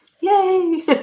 Yay